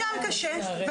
קשה.